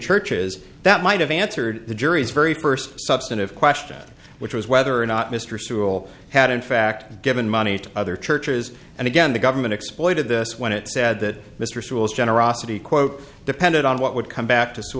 churches that might have answered the jury's very first substantive question which was whether or not mr sewell had in fact given money to other churches and again the government exploited this when it said that mr sewell's generosity quote depended on what would come back to